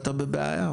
אתה בבעיה.